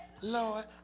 Lord